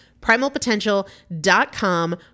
Primalpotential.com